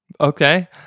Okay